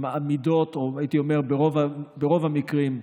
הייתי אומר ברוב המקרים,